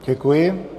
Děkuji.